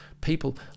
People